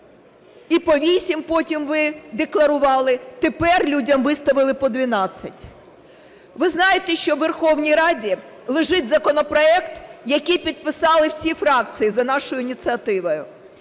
і по 8 потім ви декларували, тепер людям виставили по 12. Ви знаєте, що у Верховній Раді лежить законопроект, який підписали всі фракції за нашою ініціативою.